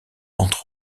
pentes